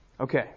Okay